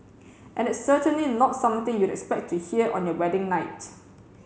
and it's certainly not something you'd expect to hear on your wedding night